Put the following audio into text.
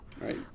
Right